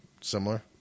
similar